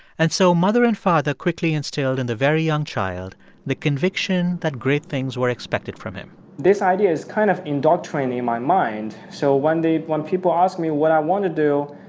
and so mother and father quickly instilled in the very young child the conviction that great things were expected from him this idea is kind of indoctrinating my mind, so one day when people ask me what i want to do,